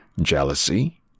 jealousy